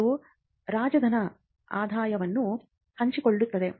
ಇದು ರಾಜಧನ ಆದಾಯವನ್ನೂ ಹಂಚಿಕೊಳ್ಳುತ್ತದೆ